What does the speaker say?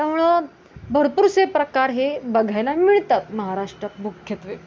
त्यामुळं भरपूरसे प्रकार हे बघायला मिळतात महाराष्ट्रात मुख्यत्वे